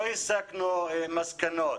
לא הסקנו מסקנות